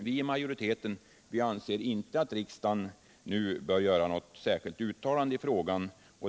Vi i majoriteten 17 december 1977 2nSer inte att riksdagen nu bör göra något särskilt uttalande i frågan.